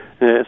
yes